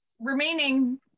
remaining